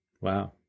Wow